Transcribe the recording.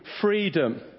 freedom